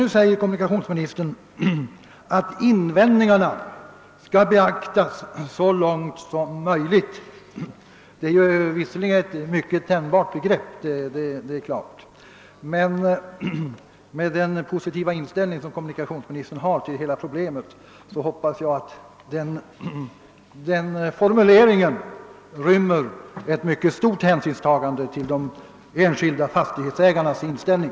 Nu säger civilministern att invändningarna skall beaktas så långt det är möjligt. Det är visserligen ett mycket tänjbart begrepp, men med den positiva inställning som civilministern har till hela problemet hoppas jag att formuleringen betyder att mycket stor hänsyn skall tas till de enskilda fastighetsägarnas inställning.